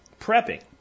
prepping